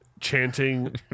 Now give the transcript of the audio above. chanting